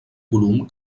volum